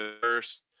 first